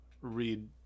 read